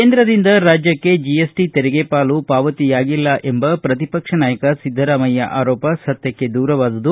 ಕೇಂದ್ರದಿಂದ ರಾಜ್ಯಕ್ಷೆ ಜೆಎಸ್ಟಿ ತೆರಿಗೆ ಪಾಲು ಪಾವತಿಯಾಗಿಲ್ಲ ಎಂಬ ಪ್ರತಿಪಕ್ಷ ನಾಯಕ ಸಿದ್ದರಾಮಯ್ಯ ಆರೋಪ ಸತ್ಯಕ್ಷೆ ದೂರವಾದುದು